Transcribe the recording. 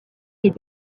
est